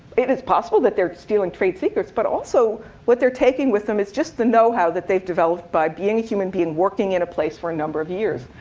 it is possible that they're stealing trade secrets. but also what they're taking with them is just the know-how that they've developed by being a human being, working in a place for a number of years.